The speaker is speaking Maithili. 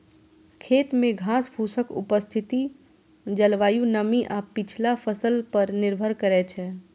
खेत मे घासफूसक उपस्थिति जलवायु, नमी आ पछिला फसल पर निर्भर करै छै